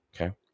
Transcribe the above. Okay